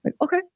Okay